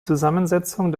zusammensetzung